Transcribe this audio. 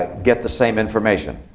get the same information.